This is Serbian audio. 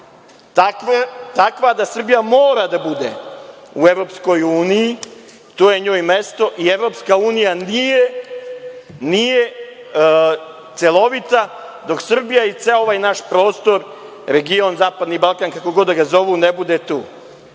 takva da Srbija mora da bude u EU, tu je njoj mesto, i EU nije celovita dok Srbija i ceo ovaj naš prostor, region, zapadni Balkan, kako god da ga zovu, ne bude